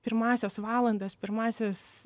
pirmąsias valandas pirmąsias